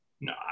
No